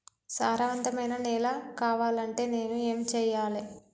సారవంతమైన నేల కావాలంటే నేను ఏం చెయ్యాలే?